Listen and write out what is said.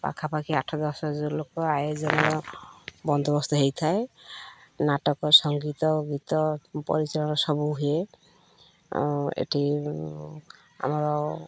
ପାଖାପାଖି ଆଠ ଦଶ ଲୋକ ଆୟୋଜନ ବନ୍ଦୋବସ୍ତ ହୋଇଥାଏ ନାଟକ ସଙ୍ଗୀତ ଗୀତ ପରିଚାଳନା ସବୁ ହୁଏ ଏଇଠି ଆମର